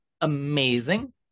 amazing